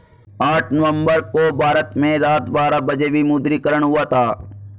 आठ नवम्बर को भारत में रात बारह बजे विमुद्रीकरण हुआ था